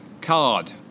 card